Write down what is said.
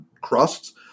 crusts